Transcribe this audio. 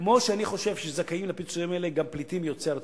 כמו שאני חושב שזכאים לפיצויים האלה גם פליטים יוצאי ערב.